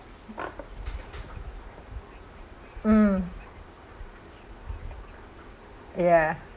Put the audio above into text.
mm yeah